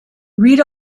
read